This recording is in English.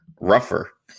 rougher